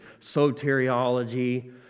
soteriology